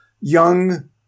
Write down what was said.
young